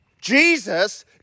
Jesus